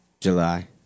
July